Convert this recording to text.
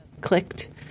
clicked